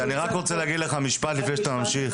אני רק רוצה להגיד לך משפט לפני שאתה ממשיך.